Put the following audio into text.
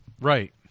Right